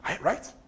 right